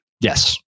yes